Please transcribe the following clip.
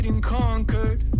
conquered